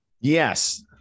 Yes